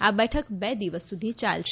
આ બેઠક બે દિવસ સુધી ચાલશે